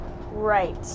Right